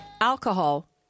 Alcohol